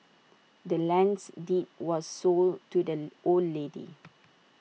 the land's deed was sold to the old lady